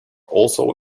also